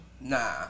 Nah